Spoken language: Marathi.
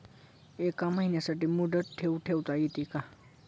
एका महिन्यासाठी मुदत ठेव ठेवता येते का?